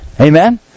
Amen